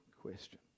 question